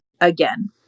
again